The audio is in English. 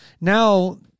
Now